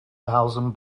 thousand